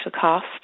cost